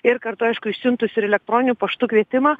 ir kartu aišku išsiuntus ir elektroniniu paštu kvietimą